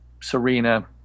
Serena